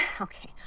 okay